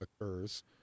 occurs